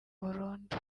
burundu